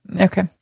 Okay